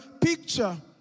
picture